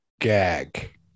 gag